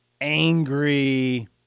angry